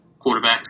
quarterbacks